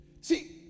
See